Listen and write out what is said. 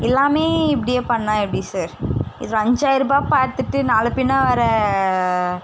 எல்லாமே இப்படியே பண்ணால் எப்படி சார் இதில் அஞ்சாயிருபாய் பார்த்துட்டு நாளை பின்னே வர்ற